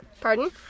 Pardon